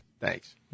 Thanks